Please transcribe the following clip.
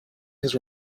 his